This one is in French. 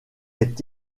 est